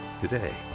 Today